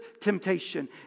temptation